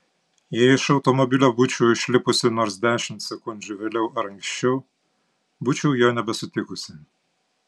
jei iš automobilio būčiau išlipusi nors dešimt sekundžių vėliau ar anksčiau būčiau jo nebesutikusi